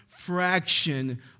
fraction